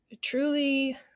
truly